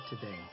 today